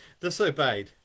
disobeyed